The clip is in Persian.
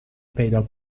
پیدا